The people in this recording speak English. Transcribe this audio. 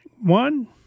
One